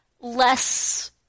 less